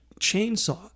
chainsaw